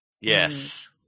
Yes